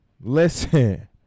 listen